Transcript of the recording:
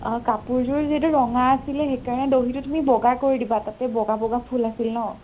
আঁ কাপোৰযোৰ যিটো ৰঙা আছিলে সেইকাৰণে দহিটো তুমি বগা কৰি দিবা তাতে বগা বগা ফুল আছিল ন